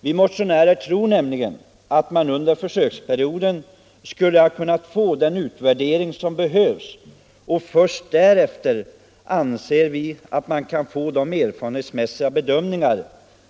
Vi motionärer tror nämligen att man under försöksperioden skulle ha kunnat få den utvärdering som behövs och menar att man först därefter har möjlighet att göra de erfarenhetsmässiga bedömningar